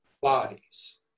bodies